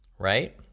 Right